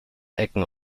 ecken